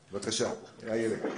בבקשה, איילת,